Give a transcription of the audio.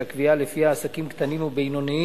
את הקביעה שלפיה עסקים קטנים ובינוניים